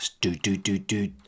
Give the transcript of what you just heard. Do-do-do-do